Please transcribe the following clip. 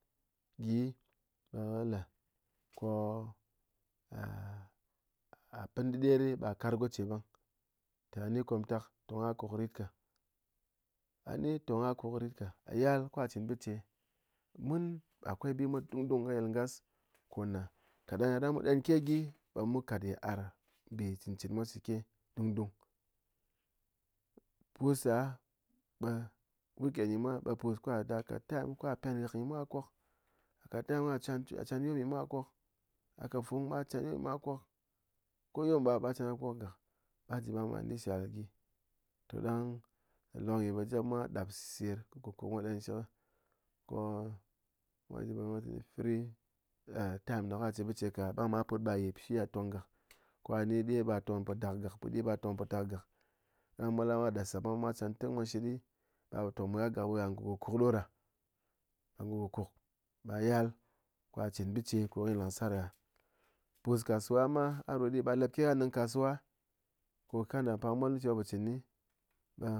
Gyi be kɨ le ko dɨder ba kar goce bang te ghá ni komtak, tong akuk rit ka, a ni tong akúk rit ka, a yal ko ghá chɨn bice, mun akwai bi mwa dungdung kɨ yil ngas ko ne káɗang yaɗang mu dɨn ke gyi be mu kat yit ar mbɨ cɨn cɨni mwa shike dungdung, pus ɗa be week end nyi mwa ɓe pus ko ghá dem ghá kat time ko ghá pyan ghɨk ɗe mwa ghá kok, kat time ko ghá chan yom de mwa ghá kok a kat fung be ghá chan yom de mwa ghá kok, ko yom nbwáp ɓe ghá chan ghá kok gak, a ji be a man ne shal gyi, to dang lólok nyi ɓe jep mwa dap sɨr koko mwa ɗɨn nshɨk ko time ne ko ghá chɨn bɨce ka be ghá put ɓe ghá ye pi ghá tong gak, ko ghá ni ɗɨr be ghá tong po dak gak putdi be ghá tong po dak gak, ɗang mol ghá mwa kɨ ɗap sap dang mwa chan tɨng mwa nshɨt be ghá po tong meghá gak be ghá ngo kukuk ɗoɗa, ghá ngo kúkúk, ɓe ghá yal ko ghá chɨn bɨce ko kɨne lang sar ghá, pus kasuwa ma ghá rot be ghá lep keghá néng kasuwa ko kandá pak molnu mwa po chɨn kɨni, ɓe.